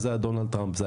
אז זה היה דונלד טראמפ.